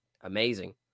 amazing